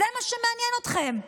זה מה שמעניין אתכם.